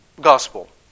gospel